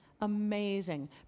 amazing